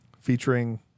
featuring